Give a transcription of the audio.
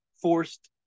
forced